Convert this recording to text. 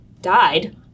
died